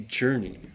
journey